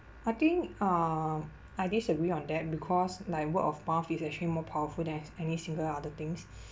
I think um I disagree on that because like word of mouth is actually more powerful than any single other things